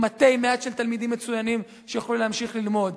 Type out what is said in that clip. עם מתי מעט של תלמידים מצוינים שיוכלו להמשיך ללמוד,